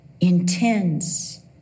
intends